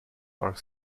are